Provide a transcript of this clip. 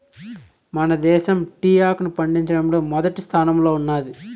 మన దేశం టీ ఆకును పండించడంలో మొదటి స్థానంలో ఉన్నాది